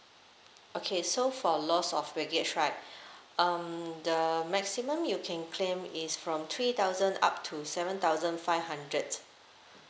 okay so for loss of baggage right um the maximum you can claim is from three thousand up to seven thousand five hundred